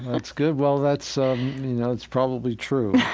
that's good. well, that's, um, you know, it's probably true.